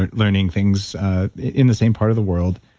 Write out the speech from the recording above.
and learning things in the same part of the world.